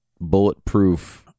bulletproof